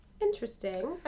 Interesting